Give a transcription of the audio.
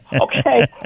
okay